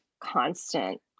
constant